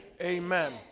amen